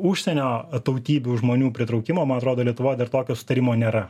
užsienio tautybių žmonių pritraukimo man atrodo lietuvoj dar tokio sutarimo nėra